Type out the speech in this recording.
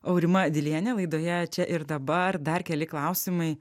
aurima dilienė laidoje čia ir dabar dar keli klausimai